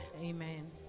Amen